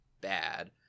bad